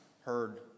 heard